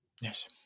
Yes